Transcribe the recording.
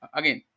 again